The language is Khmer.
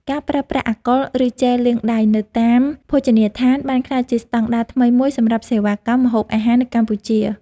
ការប្រើប្រាស់អាល់កុលឬជែលលាងដៃនៅតាមភោជនីយដ្ឋាន បានក្លាយជាស្តង់ដារថ្មីមួយសម្រាប់សេវាកម្មម្ហូបអាហារនៅកម្ពុជា។